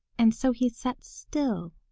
and so he sat still,